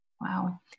Wow